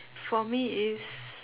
for me is